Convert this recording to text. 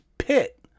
pit